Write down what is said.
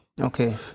Okay